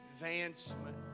advancement